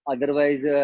Otherwise